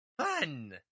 fun